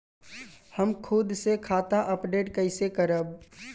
हम खुद से खाता अपडेट कइसे करब?